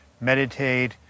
meditate